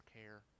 care